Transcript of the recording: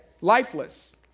lifeless